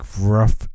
rough